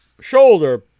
shoulder